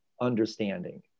understanding